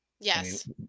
Yes